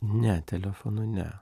ne telefonu ne